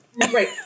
Right